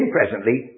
presently